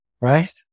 Right